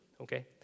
okay